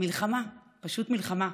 מלחמה, פשוט מלחמה.